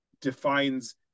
defines